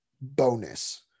bonus